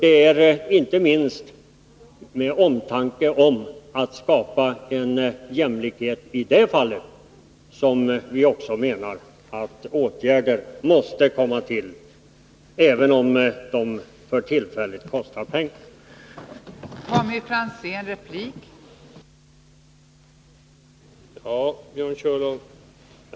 Det är inte minst av omtanke om de förra, i en önskan att skapa jämlikhet i det fallet, som vi också menar att åtgärder måste komma till, även om de för Nr 147 tillfället kostar pengar. Torsdagen den